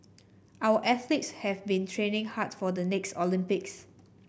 our athletes have been training hard for the next Olympics